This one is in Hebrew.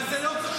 אבל זה לא קשור.